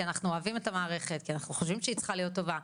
כי אנחנו אוהבים את המערכת וכי אנחנו חושבים שהיא צריכה להיות טובה,